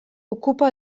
ocupa